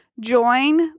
join